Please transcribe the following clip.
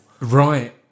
right